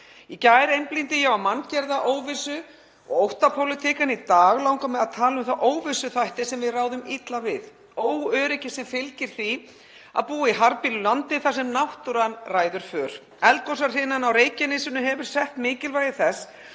Í gær einblíndi ég á manngerða óvissu og óttapólitík en í dag langar mig að tala um þá óvissuþætti sem við ráðum illa við, óöryggi sem fylgir því að búa í harðbýlu landi þar sem náttúran ræður för. Eldgosahrinan á Reykjanesinu hefur sett mikilvægi þess